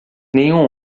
nenhum